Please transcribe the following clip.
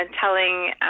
telling